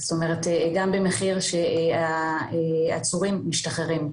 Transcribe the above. זאת אומרת, גם במחיר שהעצורים משתחררים.